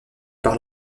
par